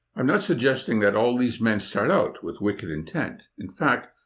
i'm not suggesting that all these men start out with wicked intent. in fact,